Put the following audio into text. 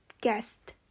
guest